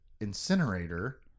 incinerator